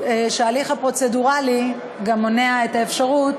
שההליך הפרוצדורלי גם מונע את האפשרות